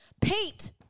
Pete